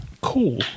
cool